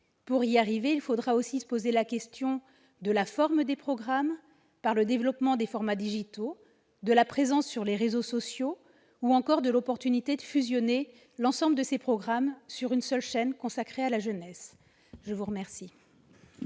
Pour y arriver, il faudra aussi se poser la question de la forme des programmes, avec le développement des formats digitaux, de la présence sur les réseaux sociaux, ou encore de l'opportunité de fusionner l'ensemble de ces programmes sur une seule chaîne consacrée à la jeunesse. La parole